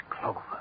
Clover